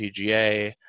pga